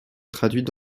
traduite